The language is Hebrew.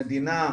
המדינה,